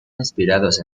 inspirados